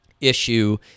issue